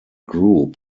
group